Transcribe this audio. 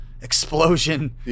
explosion